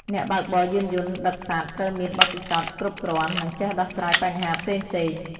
អ្នកបើកបរយានយន្តដឹកសត្វ ត្រូវមានបទពិសោធន៍គ្រប់គ្រាន់ និងចេះដោះស្រាយបញ្ហាផ្សេងៗ។